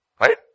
Right